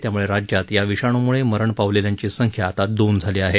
त्यामुळे राज्यात या विषाणूमुळे मरण पावलेल्यांची संख्या आता दोन झाली आहे